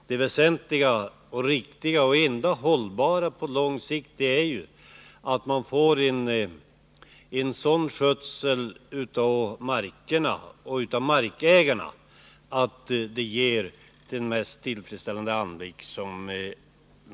Det väsentliga, det riktiga och det enda hållbara på lång sikt är att se till att ägarna sköter sina marker så att dessa ger en tillfredsställande anblick.